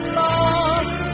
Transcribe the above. lost